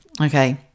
Okay